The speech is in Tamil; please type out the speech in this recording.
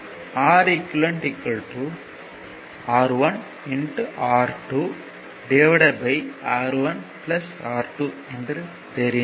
Req R1 R2R1 R2 என்று தெரிந்தது